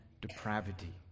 depravity